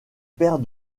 père